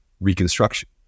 reconstruction